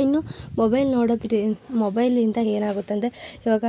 ಇನ್ನು ಮೊಬೈಲ್ ನೋಡೋದ್ರ ಮೊಬೈಲಿಂದ ಏನಾಗುತ್ತಂದ್ರೆ ಈವಾಗ